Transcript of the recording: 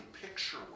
picture